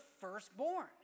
firstborn